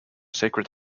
sacred